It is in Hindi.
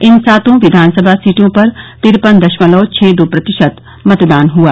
इन सातों विधानसभा सीटों पर तिरपन दशमलव छः दो प्रतिशत मतदान हुआ